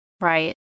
Right